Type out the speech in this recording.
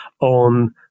on